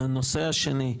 נושא שני,